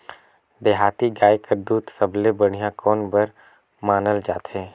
देहाती गाय कर दूध सबले बढ़िया कौन बर मानल जाथे?